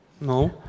No